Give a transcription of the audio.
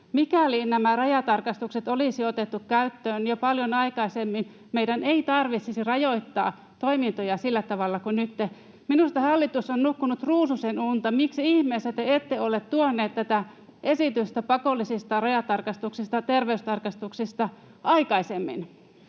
Mikäli nämä rajatarkastukset olisi otettu käyttöön jo paljon aikaisemmin, meidän ei tarvitsisi rajoittaa toimintoja sillä tavalla kuin nytten. Minusta hallitus on nukkunut ruususenunta. Miksi ihmeessä te ette ole tuoneet tätä esitystä pakollisista rajatarkastuksista ja terveystarkastuksista aikaisemmin?